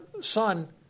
son